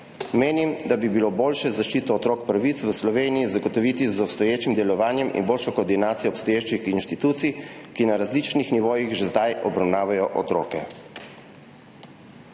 Menim, da bi bilo boljše zaščito otrokovih pravic v Sloveniji zagotoviti z obstoječim delovanjem in boljšo koordinacijo obstoječih inštitucij, ki na različnih nivojih že zdaj obravnavajo otroke.«